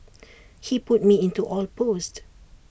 he put me into all post